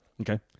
Okay